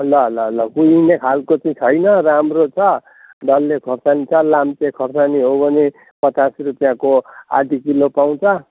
ल ल ल कुहिने खालको चाहिँ छैन राम्रो छ डल्ले खोर्सानी छ लाम्चे खोर्सानी हो भने पचास रुपियाँको आधा किलो पाउँछ